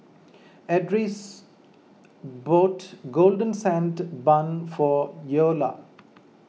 Ardis bought Golden Sand Bun for Eola